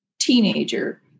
teenager